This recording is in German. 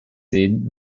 sehen